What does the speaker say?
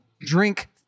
Drink